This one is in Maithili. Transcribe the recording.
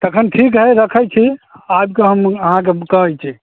तखन ठीक है रखै छी आबि हम अहाँकेॅं कहै छी